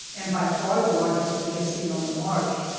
and by far the largest we have seen on the march.